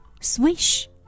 Swish